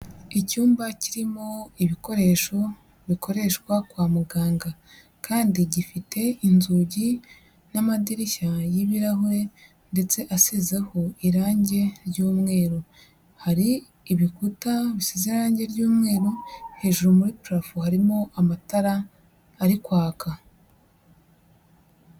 Icyumba kirimo ibikoresho bikoreshwa kwa muganga, kandi gifite inzugi n'amadirishya y'ibirahure ndetse ashyizeho irangi ry'umweru, hari ibikuta bisize irangi ry'umweru, hejuru muri parafo harimo amatara ari kwaka.